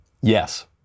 Yes